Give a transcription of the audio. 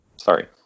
Sorry